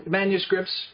manuscripts